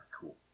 Cool